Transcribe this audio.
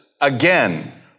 again